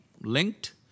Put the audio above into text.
linked